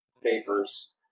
papers